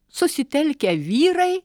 susitelkę vyrai